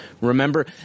Remember